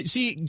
See